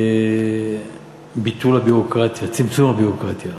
ביטול הביורוקרטיה, צמצום הביורוקרטיה,